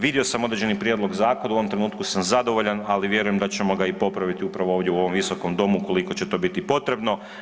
Vidio sam određeni prijedlog zakona, u ovom trenutku sam zadovoljan, ali vjerujem da ćemo ga i popraviti upravo ovdje u ovom visokom domu ukoliko će to biti potrebno.